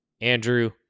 Andrew